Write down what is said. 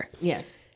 Yes